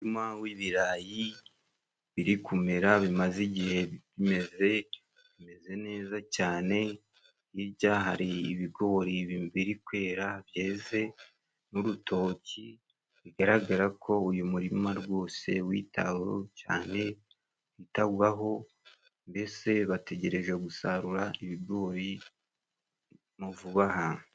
Umurima w'ibirayi biri kumera, bimaze igihe bimeze, bimeze neza cyane, hijya hari ibigori biri kwera byeze n'urutoki bigaragara ko uyu murima rwose witaweho cyane, kwitabwaho, mbese bategereje gusarura ibigori vuba aha.